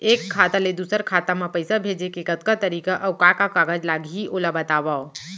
एक खाता ले दूसर खाता मा पइसा भेजे के कतका तरीका अऊ का का कागज लागही ओला बतावव?